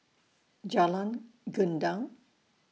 Jalan Gendang